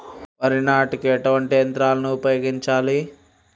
వరి నాటుకు ఎటువంటి యంత్రాలను ఉపయోగించాలే?